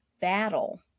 battle